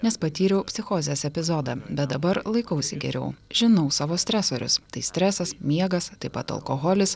nes patyriau psichozės epizodą bet dabar laikausi geriau žinau savo stresorius tai stresas miegas taip pat alkoholis